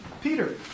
Peter